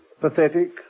Pathetic